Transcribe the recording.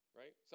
right